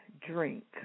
drink